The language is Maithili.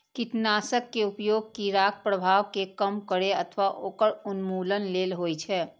कीटनाशक के उपयोग कीड़ाक प्रभाव कें कम करै अथवा ओकर उन्मूलन लेल होइ छै